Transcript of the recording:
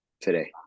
today